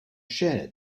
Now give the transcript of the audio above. share